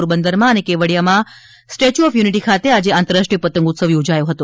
પોરબંદરમાં અને કેવડિયામાં સ્ટેચ્યુ ઓફ યુનિટિ ખાતે આજે આંતરરાષ્ટ્રીય પતંગોત્સવ યોજાયો હતો